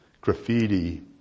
Graffiti